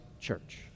church